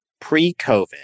pre-COVID